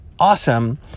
awesome